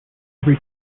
every